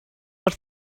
els